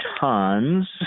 tons